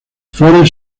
flores